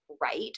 right